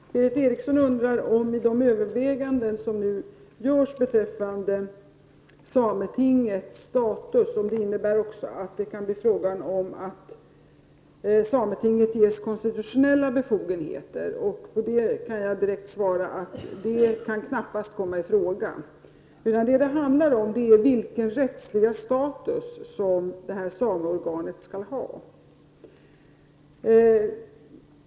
Fru talman! Berith Eriksson undrar om de överväganden som nu görs beträffande sametingets status innebär att sametinget även skall ges konstitutionella befogenheter. På detta kan jag direkt svara att det knappast kan komma i fråga. Vad det handlar om är vilken rättslig status som detta sameorgan skall ha.